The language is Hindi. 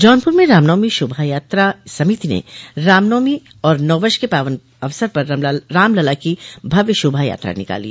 जौनपुर में रामनवमी शोभा यात्रा समिति ने रामनवमी और नव वर्ष के पावन अवसर पर रामलला की भव्य शोभा यात्रा निकाली